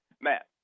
Matt